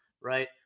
right